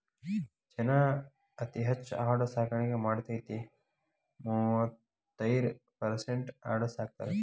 ಚೇನಾ ಅತೇ ಹೆಚ್ ಆಡು ಸಾಕಾಣಿಕೆ ಮಾಡತತಿ, ಮೂವತ್ತೈರ ಪರಸೆಂಟ್ ಆಡು ಸಾಕತಾರ